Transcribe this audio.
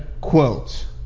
quote